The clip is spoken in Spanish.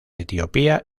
etiopía